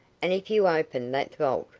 and if you open that vault,